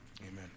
Amen